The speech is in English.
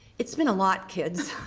it's been a lot, kids.